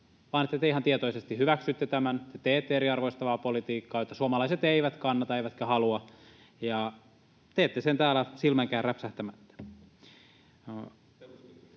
vaan se, että te ihan tietoisesti hyväksytte tämän, teette eriarvoistavaa politiikkaa, jota suomalaiset eivät kannata eivätkä halua, ja teette sen täällä silmänkään räpsähtämättä.